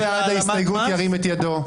ירים את ידו.